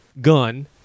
gun